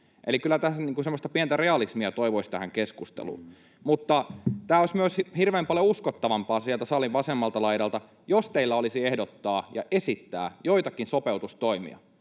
Eli kyllä semmoista pientä realismia toivoisi tähän keskusteluun. Tämä olisi myös hirveän paljon uskottavampaa sieltä salin vasemmalta laidalta, jos teillä olisi ehdottaa ja esittää joitakin sopeutustoimia.